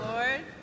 Lord